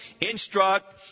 instruct